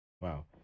Wow